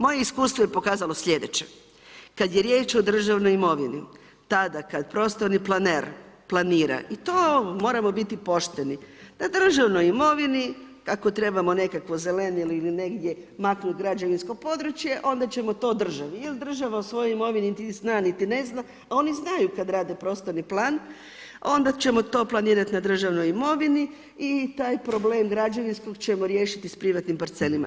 Moje je iskustvo pokazalo sljedeće, kada je riječ o državnoj imovini, tada, kada prostorni planer planira i to moramo biti pošteni, na državnoj imovini, ako trebamo nekakvo zelenilo ili negdje, maknuti građevinsko područje, onda ćemo to državi, jer država o svojoj imovini niti zna niti ne zna, a oni znaju kada rade prostorni plan, onda ćemo to planirati na državnoj imovini i taj problem građevinskog ćemo riješiti s privatnim parcelama.